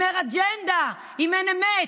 אם אין אג'נדה, אם אין אמת?